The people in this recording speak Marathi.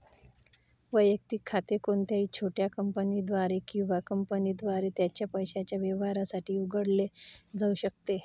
वैयक्तिक खाते कोणत्याही छोट्या कंपनीद्वारे किंवा कंपनीद्वारे त्याच्या पैशाच्या व्यवहारांसाठी उघडले जाऊ शकते